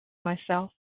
myself